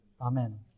amen